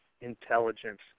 intelligence